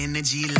Energy